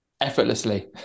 effortlessly